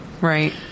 Right